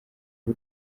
b’u